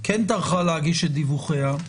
כן טרחה להגיש את דיווחיה,